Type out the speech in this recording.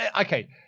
Okay